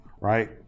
right